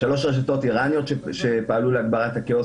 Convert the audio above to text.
שלוש רשתות איראניות שפעלו להגברת הכאוס